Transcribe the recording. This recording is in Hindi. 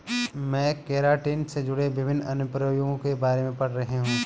मैं केराटिन से जुड़े विभिन्न अनुप्रयोगों के बारे में पढ़ रही हूं